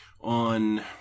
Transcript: on